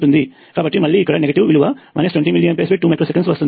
కాబట్టి మళ్ళీ ఇక్కడ నెగటివ్ విలువ 20mA2usవస్తుంది